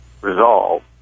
Resolve